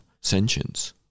sentience